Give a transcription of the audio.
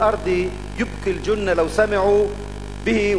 אל-אַרְצִ' יֻבְּכִּי אל-גִ'ן לַוּ סַמִעוּ/ בִּהִ